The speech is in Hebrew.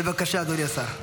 בבקשה, אדוני השר.